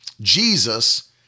Jesus